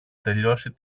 τελειώσει